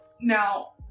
Now